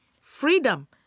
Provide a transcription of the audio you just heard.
freedom